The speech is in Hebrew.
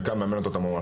חלקם, מאמנת אותם המועצה.